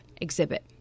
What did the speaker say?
exhibit